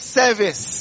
service